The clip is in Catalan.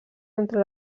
entre